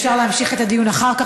אפשר להמשיך את הדיון אחר כך.